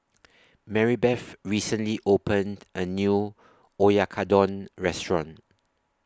Marybeth recently opened A New Oyakodon Restaurant